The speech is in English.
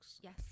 Yes